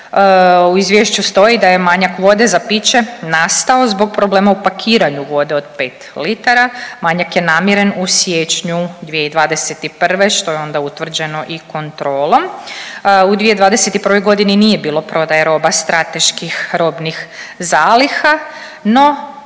U izvješću stoji da je manjak vode za piće nastao zbog problema u pakiranju vode od 5 litara, manjak je namiren u siječnju 2021. što je onda utvrđeno i kontrolom. U 2021.g. nije bilo prodaje roba strateških robnih zaliha, no